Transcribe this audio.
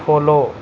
follow